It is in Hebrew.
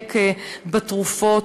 ולדייק בתרופות,